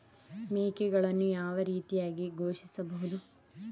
ಮೇಕೆಗಳನ್ನು ಯಾವ ರೀತಿಯಾಗಿ ಪೋಷಿಸಬಹುದು?